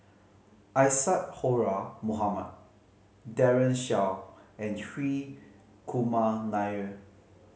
Isadhora Mohamed Daren Shiau and Hri Kumar Nair